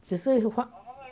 只是换